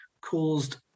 caused